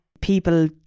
people